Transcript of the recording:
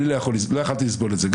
לא יכולתי לסבול את זה.